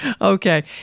Okay